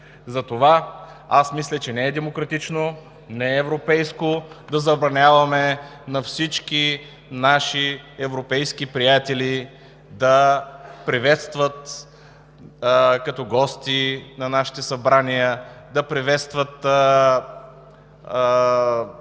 Затова аз мисля, че не е демократично, не е европейско да забраняваме на всички наши европейски приятели да приветстват като гости на нашите събрания, да приветстват